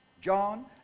John